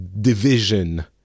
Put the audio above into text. division